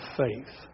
faith